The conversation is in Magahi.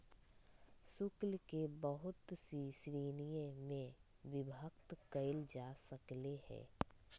शुल्क के बहुत सी श्रीणिय में विभक्त कइल जा सकले है